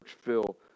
fill